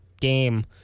game